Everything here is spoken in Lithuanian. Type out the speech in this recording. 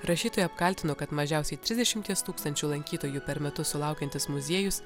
rašytoja apkaltino kad mažiausiai trisdešimies tūkstančių lankytojų per metus sulaukiantis muziejus